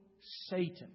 Satan